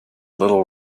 little